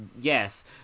Yes